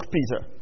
Peter